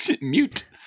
Mute